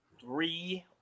three